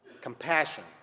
compassion